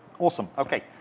awesome. okay,